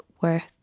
worth